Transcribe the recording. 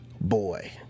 boy